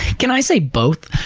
can i say both?